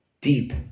deep